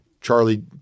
Charlie